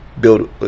build